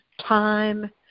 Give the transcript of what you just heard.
time